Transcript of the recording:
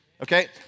Okay